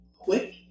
quick